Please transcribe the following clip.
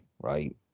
right